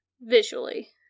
visually